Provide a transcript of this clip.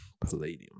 Palladium